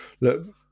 look